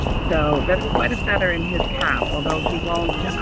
so, that's quite a feather in his cap although he won't